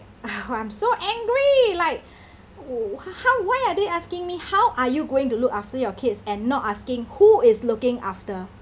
I'm so angry like w~ how why are they asking me how are you going to look after your kids and not asking who is looking after